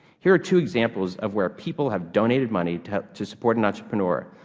here two examples of where people have donated money to to support an entrepreneur.